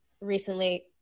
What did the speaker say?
recently